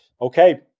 okay